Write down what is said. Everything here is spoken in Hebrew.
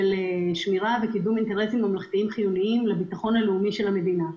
שמירה וקידום אינטרסים ממלכתיים חיוניים לביטחון הלאומי של המדינה.